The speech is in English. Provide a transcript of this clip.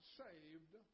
saved